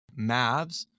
Mavs